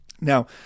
Now